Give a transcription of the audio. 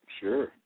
Sure